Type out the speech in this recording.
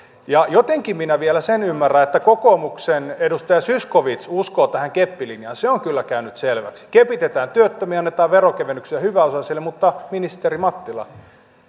ja jotenkin minä vielä sen ymmärrän että kokoomuksen edustaja zyskowicz uskoo tähän keppilinjaan se on kyllä käynyt selväksi kepitetään työttömiä annetaan veronkevennyksiä hyväosaisille mutta ministeri mattila